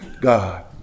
God